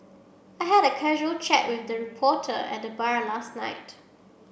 I had a casual chat with the reporter at the bar last night